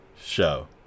show